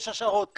יש השערות כאלה.